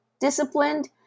disciplined